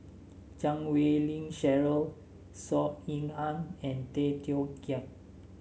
Chan Wei Ling Cheryl Saw Ean Ang and Tay Teow Kiat